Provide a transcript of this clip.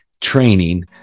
training